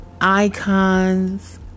icons